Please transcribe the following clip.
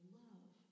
love